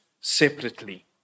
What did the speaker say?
separately